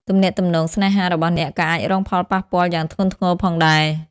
ទំនាក់ទំនងស្នេហារបស់អ្នកក៏អាចរងផលប៉ះពាល់យ៉ាងធ្ងន់ធ្ងរផងដែរ។